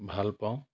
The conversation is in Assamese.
ভাল পাওঁ